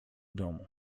domu